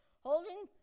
holding